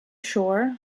shore